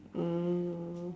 mm